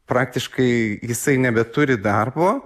praktiškai jisai nebeturi darbo